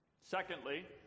Secondly